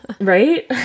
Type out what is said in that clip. Right